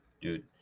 dude